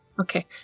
Okay